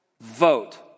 vote